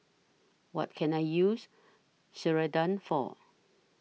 What Can I use Ceradan For